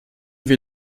wir